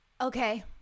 okay